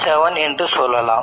7 என்று சொல்லலாம்